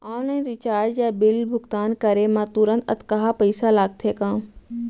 Online recharge या bill भुगतान करे मा तुरंत अक्तहा पइसा लागथे का?